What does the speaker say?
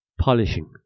Polishing